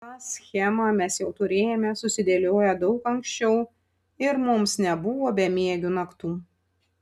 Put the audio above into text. tą schemą mes jau turėjome susidėlioję daug ankščiau ir mums nebuvo bemiegių naktų